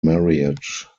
marriage